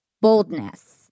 boldness